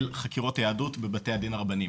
של חקירות יהדות בבתי הדין הרבנים.